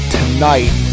tonight